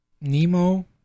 Nemo